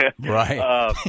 right